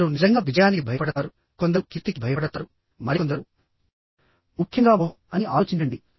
కొందరు నిజంగా విజయానికి భయపడతారు కొందరు కీర్తికి భయపడతారు మరికొందరు ముఖ్యంగా ఓహ్ అని ఆలోచించండి